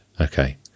Okay